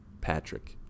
Patrick